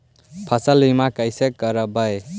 फसल बीमा कैसे करबइ?